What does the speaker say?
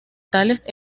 tales